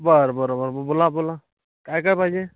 बरं बरोबर ब बोला बोला काय काय पाहिजे